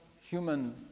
human